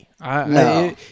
No